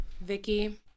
Vicky